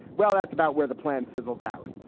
well, that's about where the plan fizzles out.